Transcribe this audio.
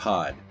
Pod